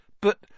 But